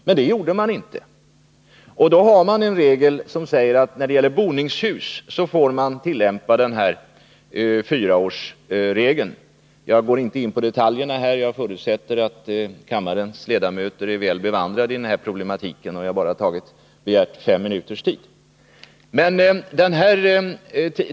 Men det gjorde man inte, och då finns en regel som säger att när det gäller boningshus får man tillämpa fyraårsregeln. Jag går inte in på detaljerna, jag förutsätter att kammarens ledamöter är väl "bevandrade i den här problematiken, och jag har bara begärt att få tala i fem minuter.